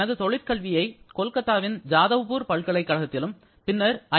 எனது தொழிற்கல்வியை கொல்கத்தாவின் ஜாதவ்பூர் பல்கலைக்கழகத்திலும் பின்னர் ஐ